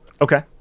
Okay